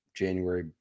January